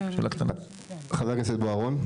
חבר הכנסת בוארון.